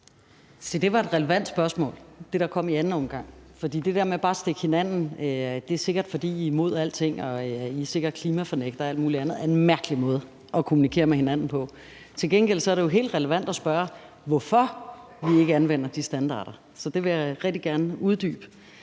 spørgsmål, der kom i anden omgang. For det der med bare at stikke til hinanden og sige, at det sikkert er, fordi man er imod alting, og at man sikkert er klimafornægtere og alt muligt andet, er en mærkelig måde at kommunikere med hinanden på. Til gengæld er det jo helt relevant at spørge, hvorfor vi ikke anvender de standarder, så det vil jeg rigtig gerne uddybe.